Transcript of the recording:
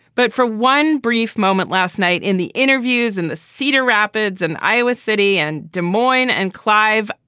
but for one brief moment last night in the interviews in the cedar rapids and iowa city and des moines and clive,